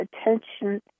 attention